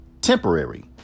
temporary